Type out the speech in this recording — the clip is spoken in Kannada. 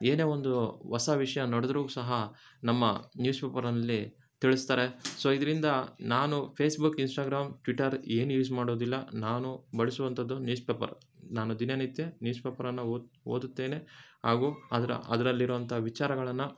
ಏನೇ ಒಂದು ಹೊಸ ವಿಷಯ ನಡೆದ್ರು ಸಹ ನಮ್ಮ ನ್ಯೂಸ್ ಪೇಪರಿನಲ್ಲಿ ತಿಳಿಸ್ತಾರೆ ಸೊ ಇದ್ರಿಂದ ನಾನು ಫೇಸ್ಬುಕ್ ಇನ್ಸ್ಟಾಗ್ರಾಮ್ ಟ್ವಿಟರ್ ಏನು ಯೂಸ್ ಮಾಡೋದಿಲ್ಲ ನಾನು ಬಳಸುವಂಥದ್ದು ನ್ಯೂಸ್ ಪೇಪರ್ ನಾನು ದಿನನಿತ್ಯ ನ್ಯೂಸ್ ಪೇಪರನ್ನು ಓದು ಓದುತ್ತೇನೆ ಹಾಗು ಅದರ ಅದರಲ್ಲಿರೋವಂಥ ವಿಚಾರಗಳನ್ನು